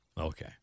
Okay